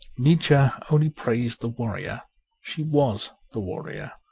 nietzsche only praised the warrior she was the warrior.